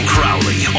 Crowley